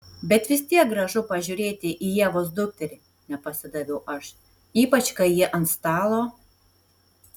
bet vis tiek gražu pažiūrėti į ievos dukterį nepasidaviau aš ypač kai ji ant stalo